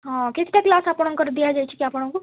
ହଁ କେତେଟା କ୍ଲାସ୍ ଆପଣଙ୍କର ଦିଆଯାଇଛି କି ଆପଣଙ୍କୁ